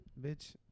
Bitch